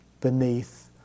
beneath